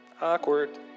Awkward